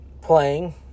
playing